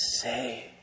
say